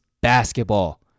basketball